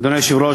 אדוני היושב-ראש,